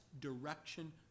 direction